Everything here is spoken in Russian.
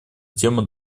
тему